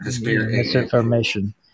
Misinformation